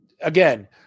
again